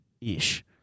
ish